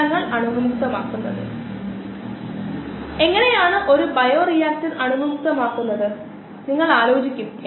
ഇവ ലൂസ് അസോസിയേഷനുകളാണ് എന്നാൽ ഇതിനെയാണ് നമ്മൾ rp എന്നത് ആൽഫ ടൈംസ് rx ന് തുല്യമായി കാണേണ്ടത് ഉൽപ്പന്ന രൂപീകരണ നിരക്ക് വളർച്ചാ നിരക്കിനേയും സെൽ സാന്ദ്രതയെയും ആശ്രയിച്ചിരിക്കുന്നു